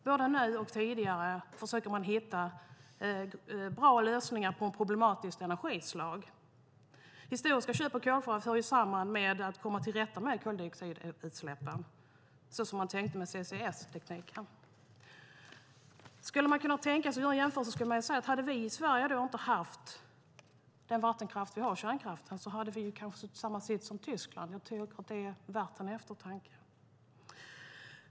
Både nu och tidigare försöker man hitta bra lösningar för ett problematiskt energislag. Historiska köp av kolkraft hör samman med att komma till rätta med koldioxidutsläppen, så som man tänkte med CCS-tekniken. Skulle man tänka sig att göra en jämförelse kunde man säga att om vi i Sverige inte hade haft den vattenkraft och kärnkraft som vi har hade vi kanske suttit i samma sits som Tyskland. Jag tycker att det är värt en eftertanke.